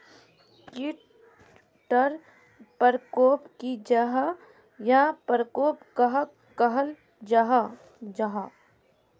कीट टर परकोप की जाहा या परकोप कहाक कहाल जाहा जाहा?